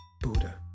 Buddha